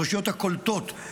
הרשויות הקולטות,